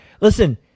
Listen